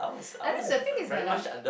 I think the thing is that like